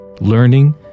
learning